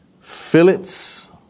fillets